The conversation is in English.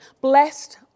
Blessed